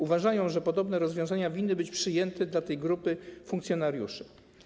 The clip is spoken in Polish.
Uważają oni, że podobne rozwiązania winny być przyjęte dla tej grupy funkcjonariuszy.